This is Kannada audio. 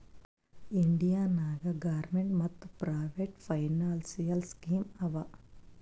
ಇಂಡಿಯಾ ನಾಗ್ ಗೌರ್ಮೇಂಟ್ ಮತ್ ಪ್ರೈವೇಟ್ ಫೈನಾನ್ಸಿಯಲ್ ಸ್ಕೀಮ್ ಆವಾ